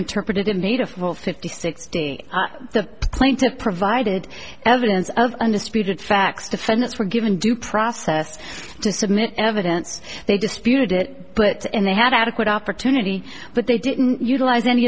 interpreted him made a full fifty six days the plaintiff provided evidence of undisputed facts defendants were given due process to submit evidence they disputed it but and they had adequate opportunity but they didn't utilize any